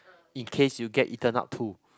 in case you get eaten up too